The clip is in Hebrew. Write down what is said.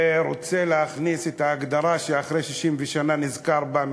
ורוצה להכניס את ההגדרה שאחרי 60 שנה נזכר בה,